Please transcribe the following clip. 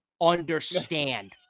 understand